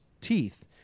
teeth